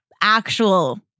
actual